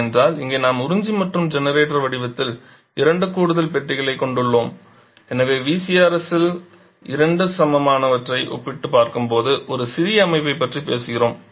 ஏனென்றால் இங்கே நாம் உறிஞ்சி மற்றும் ஜெனரேட்டர் வடிவத்தில் இரண்டு கூடுதல் பெட்டிகளைக் கொண்டுள்ளோம் எனவே VCRS ஸில் இரண்டு சமமானவற்றை ஒப்பிட்டுப் பார்க்கும்போது ஒரு சிறிய அமைப்பைப் பற்றி பேசுகிறோம்